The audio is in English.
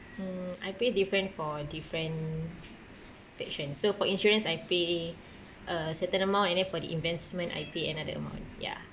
um I pay different for different sections so for insurance I pay a certain amount and then for the investment I pay another amount ya